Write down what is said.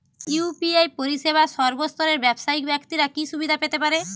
UPI পরিসেবা সর্বস্তরের ব্যাবসায়িক ব্যাক্তিরা কি সুবিধা পেতে পারে?